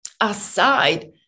aside